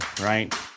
right